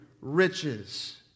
riches